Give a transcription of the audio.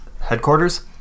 headquarters